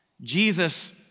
Jesus